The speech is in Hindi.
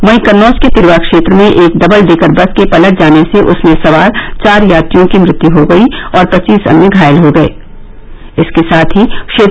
वहीं कन्नौज के तिर्वा क्षेत्र में एक डबल डेकर बस के पलट जाने से उसमें सवार चार यात्रियों की मृत्यु हो गयी और पच्चीस अन्य घायल हो गये